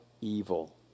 evil